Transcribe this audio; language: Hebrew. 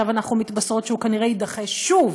עכשיו אנחנו מתבשרות שכנראה הוא יידחה שוב.